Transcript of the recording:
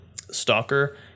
Stalker